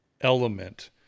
element